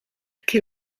che